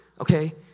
okay